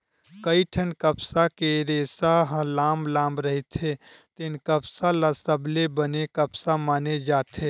कइठन कपसा के रेसा ह लाम लाम रहिथे तेन कपसा ल सबले बने कपसा माने जाथे